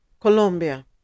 Colombia